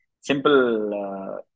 Simple